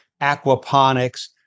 aquaponics